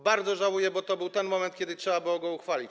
Bardzo żałuję, bo to był ten moment, kiedy trzeba było go uchwalić.